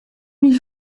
mille